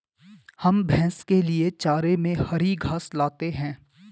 हम भैंस के लिए चारे में हरी घास लाते हैं